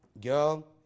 girl